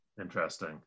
Interesting